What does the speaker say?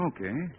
Okay